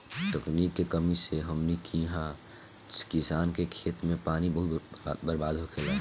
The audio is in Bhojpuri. तकनीक के कमी से हमनी किहा किसान के खेत मे पानी बहुत बर्बाद होखेला